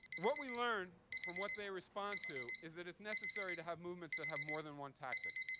what we learn from what they respond to is that it's necessary to have movements that have more than one tactic.